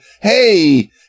hey